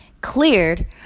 cleared